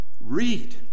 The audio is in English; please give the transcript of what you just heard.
read